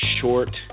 short –